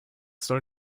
soll